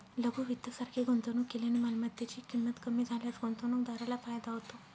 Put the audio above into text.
लघु वित्त सारखे गुंतवणूक केल्याने मालमत्तेची ची किंमत कमी झाल्यास गुंतवणूकदाराला फायदा होतो